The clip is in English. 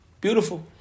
beautiful